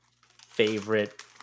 favorite